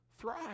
thrive